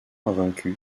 invaincu